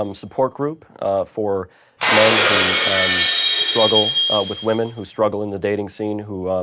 um support group ah for men who um struggle ah with women, who struggle in the dating scene, who